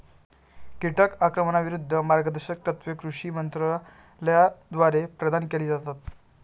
कीटक आक्रमणाविरूद्ध मार्गदर्शक तत्त्वे कृषी मंत्रालयाद्वारे प्रदान केली जातात